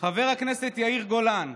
הכנסת יאיר גולן: